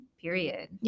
period